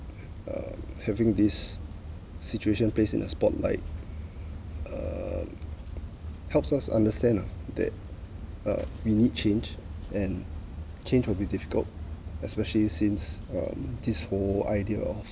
uh having this situation placed in the spotlight uh helps us understand ah that uh we need change and change will be difficult especially since um this whole idea of